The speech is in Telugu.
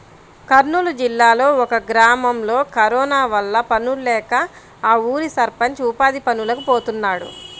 కర్నూలు జిల్లాలో ఒక గ్రామంలో కరోనా వల్ల పనుల్లేక ఆ ఊరి సర్పంచ్ ఉపాధి పనులకి పోతున్నాడు